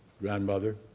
Grandmother